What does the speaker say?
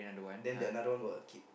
then that another one got a kid